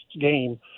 game